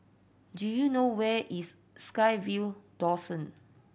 do you know where is SkyVille Dawson